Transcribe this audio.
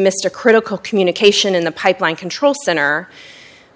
mr critical communication in the pipeline control center